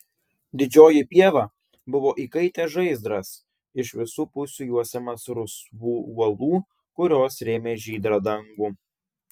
didžioji pieva buvo įkaitęs žaizdras iš visų pusių juosiamas rusvų uolų kurios rėmė žydrą dangų